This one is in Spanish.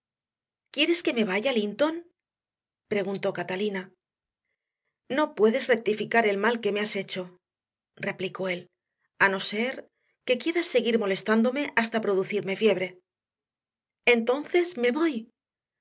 quieres que me vaya linton preguntó catalina no puedes rectificar el mal que me has hecho replicó él a no ser que quieras seguir molestándome hasta producirme fiebre entonces me voy